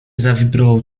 zawibrował